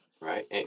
right